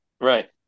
Right